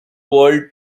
world